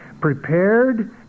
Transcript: prepared